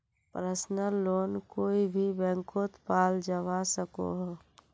personal loan कोए भी बैंकोत पाल जवा सकोह